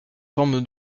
forme